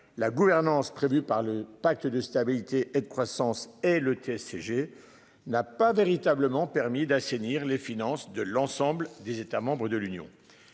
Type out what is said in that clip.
la gouvernance prévue par le pacte de stabilité et de croissance et le TSG n'a pas véritablement permis d'assainir les finances de l'ensemble des États membres de l'Union.